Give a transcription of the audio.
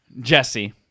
Jesse